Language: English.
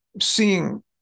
seeing